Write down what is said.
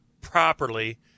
properly